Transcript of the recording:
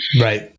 Right